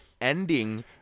Ending